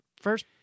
first